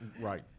Right